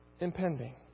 impending